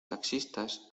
taxistas